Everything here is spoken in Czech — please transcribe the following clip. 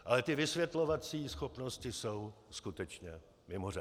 Ale ty vysvětlovací schopnosti jsou skutečně mimořádné.